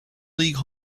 league